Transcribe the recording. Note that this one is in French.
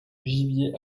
gibier